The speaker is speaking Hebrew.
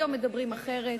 היום מדברים אחרת,